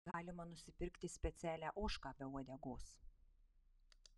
galima nusipirkti specialią ožką be uodegos